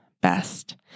best